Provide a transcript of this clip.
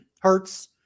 Hertz